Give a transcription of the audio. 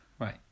Right